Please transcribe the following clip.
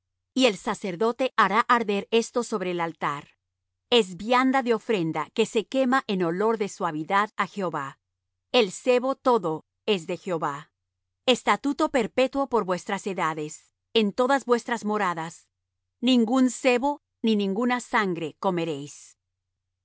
y el sacerdote hará arder esto sobre el altar es vianda de ofrenda que se quema en olor de suavidad á jehová el sebo todo es de jehová estatuto perpetuo por vuestras edades en todas vuestras moradas ningún sebo ni ninguna sangre comeréis